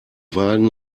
wagen